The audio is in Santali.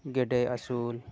ᱜᱮᱰᱮ ᱟᱹᱥᱩᱞ